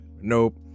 nope